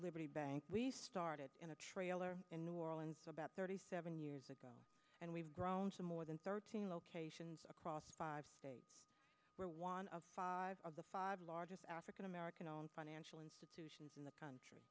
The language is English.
liberty bank we started in a trailer in new orleans about thirty seven years ago and we've grown to more than thirteen locations across five states where one of five of the five largest african american owned financial institutions in the country